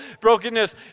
Brokenness